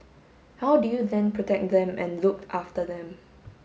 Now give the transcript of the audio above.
how do you then protect them and look after them